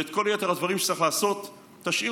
ואת כל יתר הדברים שצריך לעשות תשאיר